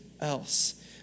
else